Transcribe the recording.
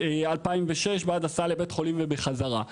2006 בעד הסעה לבית חולים ובחזרה.